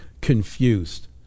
confused